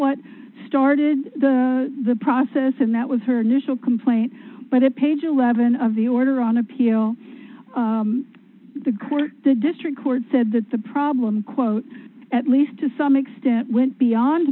what started the process and that was her national complaint but a page eleven of the order on appeal the court the district court said that the problem quote at least to some extent went beyond